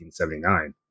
1979